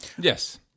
Yes